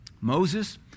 Moses